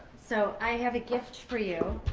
so, i have a gift for you.